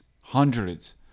hundreds